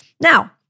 Now